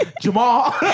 Jamal